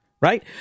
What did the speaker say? right